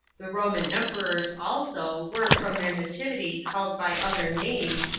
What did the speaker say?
the roman emperors also were from their nativity called by other names,